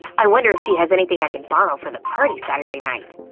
i wonder if she has anything i could borrow for the party saturday night.